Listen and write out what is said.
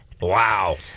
Wow